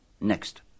Next